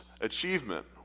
achievement